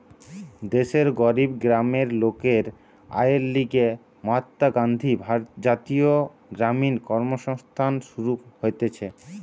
দেশের গরিব গ্রামের লোকের আয়ের লিগে মহাত্মা গান্ধী জাতীয় গ্রামীণ কর্মসংস্থান শুরু হতিছে